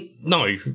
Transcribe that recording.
No